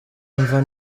imvo